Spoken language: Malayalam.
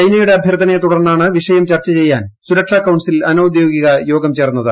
ചൈനയുടെ അഭ്യർത്ഥനയെതുടർന്നാണ് വിഷയം ചർച്ച ചെയ്യാൻ സുരക്ഷാ കൌൺസിൽ അനൌദ്യോഗിക യോഗം ചേർന്നത്